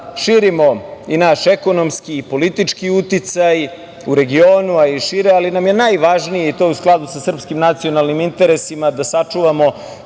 širimo i naš ekonomski i politički uticaj u regionu, a i šire, ali nam je najvažnije, i to u skladu sa srpskim nacionalnim interesima, da sačuvamo